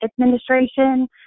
Administration